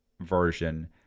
version